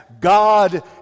God